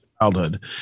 Childhood